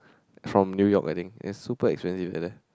from New York I think it super expensive ah there